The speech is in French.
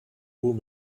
haut